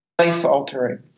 life-altering